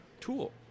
tool